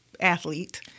athlete